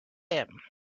him